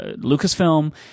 lucasfilm